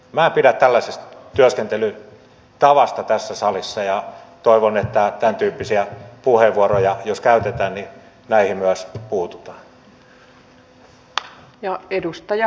mä pidä tällaisista työskentelyn tavasta tässä salissa ja mitenkä nyt sitten tulevaisuudessa näette että nämä kustannukset pysyvät kohtuullisuuden rajoissa